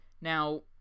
Now